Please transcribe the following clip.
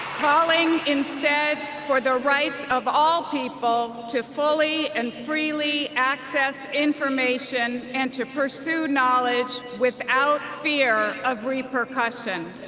calling instead for the rights of all people to fully and freely access information and to pursue knowledge without fear of repercussion.